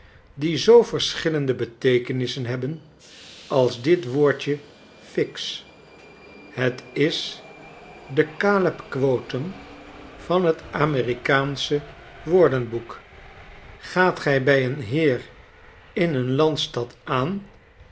die zoo verschillende beteekenissen hebben als dit woordje s fix b het is de caleb quotem van t amerikaansche woordenboek gaat ge bij een heer in een landstad aan